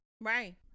Right